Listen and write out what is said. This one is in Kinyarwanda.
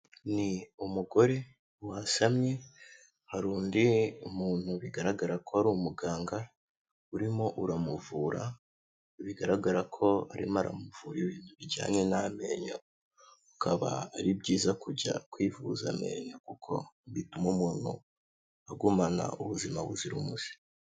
Ni umugore wasamye hari undi muntu bigaragara ko ari umuganga urimo uramuvura, bigaragara ko arimo aramuvura ibintu bijyanye n'amenyo, akaba ari byiza kujya kwivuza amenyo kuko bituma umuntu agumana ubuzima buzira umuze.